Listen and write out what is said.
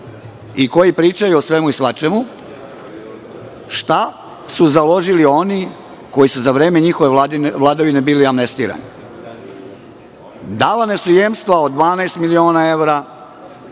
i koji pričaju o svemu i svačemu, šta su založili oni koji su za vreme njihove vladavine bili amnestirani? Davana su jemstva od 12 miliona evra,